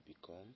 become